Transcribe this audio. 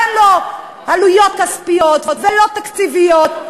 ואין לו עלויות כספיות ולא תקציביות.